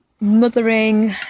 mothering